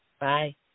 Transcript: Bye